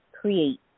create